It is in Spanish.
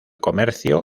comercio